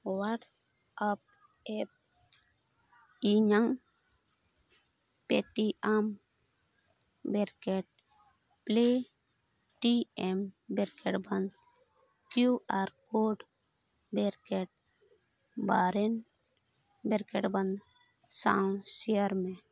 WhatsApp app ᱤᱧᱟᱹᱜ Paytm bracket ᱯᱞᱤᱴᱤᱭᱮᱢ bracket ᱵᱚᱱᱫᱷ ᱠᱤᱭᱩ ᱟᱨ ᱠᱳᱰ ᱵᱮᱨᱠᱮᱴ ᱵᱟᱨᱮᱱ ᱵᱨᱮᱠᱮᱴ ᱵᱚᱱᱫᱷ ᱥᱟᱶ ᱥᱮᱭᱟᱨ ᱢᱮ